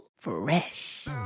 Fresh